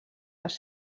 les